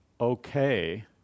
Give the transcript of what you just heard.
okay